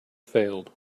failed